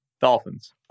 Dolphins